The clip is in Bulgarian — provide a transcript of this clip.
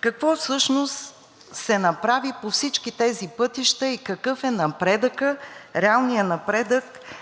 какво всъщност се направи по всички тези пътища и какъв е напредъкът, реалният напредък?